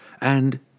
And